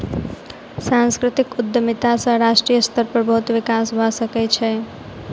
सांस्कृतिक उद्यमिता सॅ राष्ट्रीय स्तर पर बहुत विकास भ सकै छै